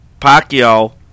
Pacquiao